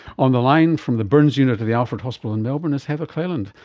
on the line from the burns unit of the alfred hospital in melbourne is heather cleland.